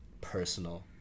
personal